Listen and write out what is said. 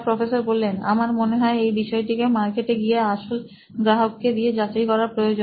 professor আমার মনে হয় এই বিষয়টিকে মার্কে টে গিয়ে আসল গ্রাহক কে দিয়ে যাচাই করা প্রয়োজন